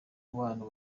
bantu